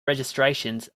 registrations